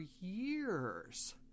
years